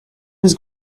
was